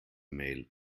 mail